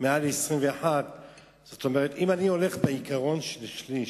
סיעה של מעל 21. אם אני הולך בעיקרון של שליש,